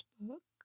book